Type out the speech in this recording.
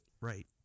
Right